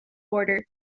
border